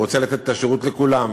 הוא רוצה לתת את השירות לכולם.